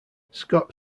scott